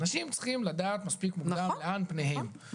אנשים צריכים לדעת מספיק מוקדם לאן פניהם.